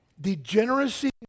Degeneracy